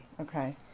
Okay